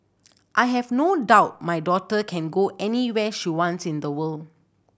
I have no doubt my daughter can go anywhere she wants in the world